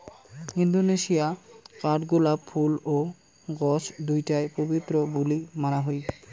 Indonesia কাঠগোলাপ ফুল ও গছ দুইটায় পবিত্র বুলি মানা হই